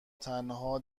تنها